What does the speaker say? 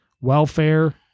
welfare